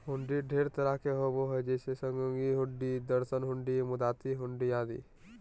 हुंडी ढेर तरह के होबो हय जैसे सहयोग हुंडी, दर्शन हुंडी, मुदात्ती हुंडी आदि